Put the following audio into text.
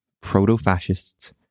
proto-fascists